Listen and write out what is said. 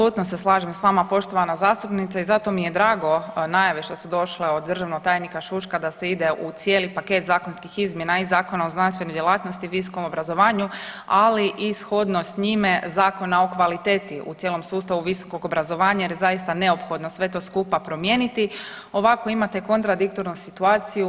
Apsolutno se slažem s vama poštovana zastupnice i zato mi je drago najave što su došle od državnog tajnika Šuška da se ide u cijeli paket zakonskih izmjena i Zakona o znanstvenoj djelatnosti i visokom obrazovanju, ali i shodno s njime i Zakona o kvalitete u cijelom sustavu visokog obrazovanja jer zaista je neophodno sve to skupa promijeniti, ovako imate kontradiktornu situaciju.